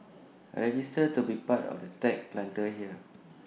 register to be part of the tech Planter here